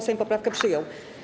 Sejm poprawkę przyjął.